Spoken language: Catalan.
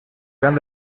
gran